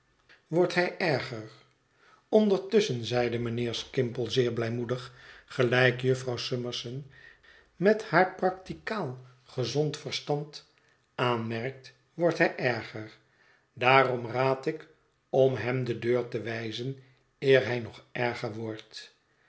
wordt hij erger öndertusschen zeide mijnheer skimpole zeer blijmoedig gelijk jufvrouw summerson met haar practicaal gezond verstand aanmerkt wordt hij erger daarom raad ik om hem de deur te wijzen eer hij nog erger wordt